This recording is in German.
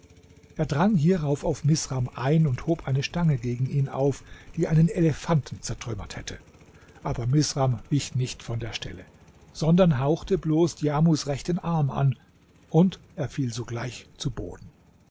er drang hierauf auf misram ein und hob eine stange gegen ihn auf die einen elefanten zertrümmert hätte aber misram wich nicht von der stelle sondern hauchte bloß djamus rechten arm an und er fiel sogleich zu boden